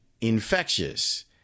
infectious